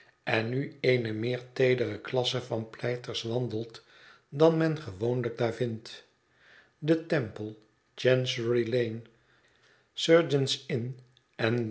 en nu eene meer teedere klasse van pleiters wandelt dan men gewoonlijk daar vindt de temp ie chancery lane serjeant's inn